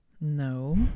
No